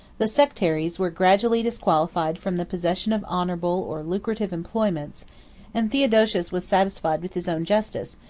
the sectaries were gradually disqualified from the possession of honorable or lucrative employments and theodosius was satisfied with his own justice,